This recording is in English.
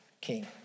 king